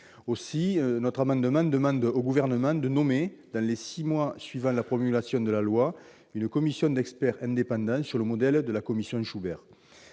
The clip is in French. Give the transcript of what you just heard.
Aussi, nous demandons au Gouvernement de nommer, dans les six mois suivant la promulgation de la loi, une commission d'experts indépendants sur le modèle de la commission Schubert.